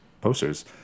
posters